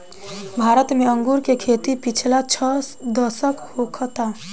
भारत में अंगूर के खेती पिछला छह दशक होखता